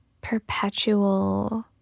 perpetual